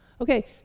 Okay